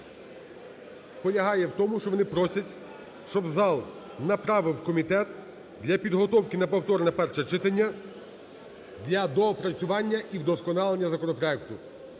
полягає в тому, що вони просять, щоб зал направив в комітет для підготовки на повторне перше читання для доопрацювання і вдосконалення законопроекту.